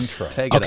Okay